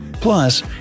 Plus